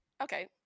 okay